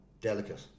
delicate